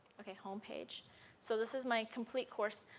okay, homepage so this is my complete course,